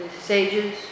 sages